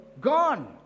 gone